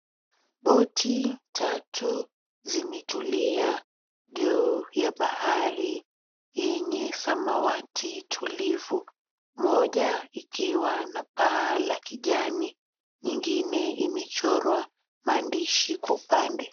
Boat tatu zimetulia juu ya bahari yenye samawati tulivu, moja ikiwa na paa la kijani, ingine imechorwa maandishi kwa upande.